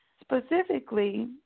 Specifically